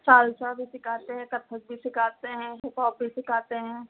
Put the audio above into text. salsa भी सिखाते हैं कथक भी सिखाते हैं हिप हॉप भी सिखाते हैं